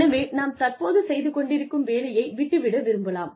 எனவே நாம் தற்போது செய்து கொண்டிருக்கும் வேலையை விட்டுவிட விரும்பலாம்